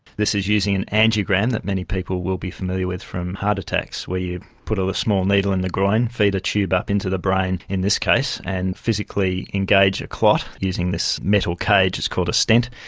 this is using an angiogram that many people will be familiar with from heart attacks where you put um a small needle in the groin, feed a tube up into the brain in this case, and physically engage a clot using this metal cage, it's called a stent,